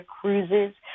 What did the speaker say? Cruises